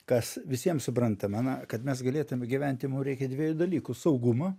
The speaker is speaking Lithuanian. kas visiems suprantama na kad mes galėtume gyventi mum reikia dviejų dalykų saugumo